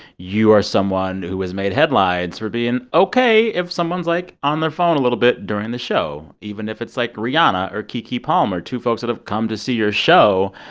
you are someone who has made headlines for being ok if someone's, like, on their phone a little bit during the show, even if it's, like, rihanna or keke keke palmer, two folks that have come to see your show.